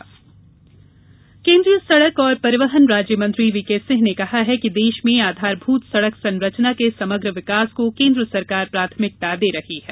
सड़क संरचना केन्द्रीय सड़क एवं परिवहन राज्य मंत्री वीके सिंह ने कहा है कि देश में आधारभूत सड़क संरचना के समग्र विकास को केन्द्र सरकार प्राथमिकता दे रही है